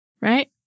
right